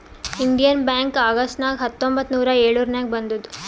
Indian bank August ನಾಗ್ ಹತ್ತೊಂಬತ್ತ್ ನೂರಾ ಎಳುರ್ನಾಗ್ ಬಂದುದ್